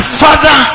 father